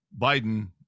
Biden